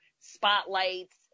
spotlights